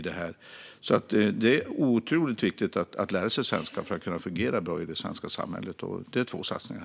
Det är otroligt viktigt att lära sig svenska för att kunna fungera bra i det svenska samhället. Det är två satsningar.